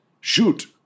shoot